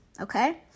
okay